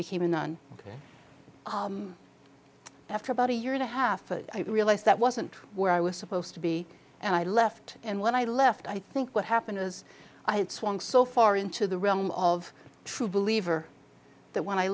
became a nun after about a year and a half and i realized that wasn't where i was supposed to be and i left and when i left i think what happened was i had swung so far into the realm of true believer that when i